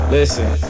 Listen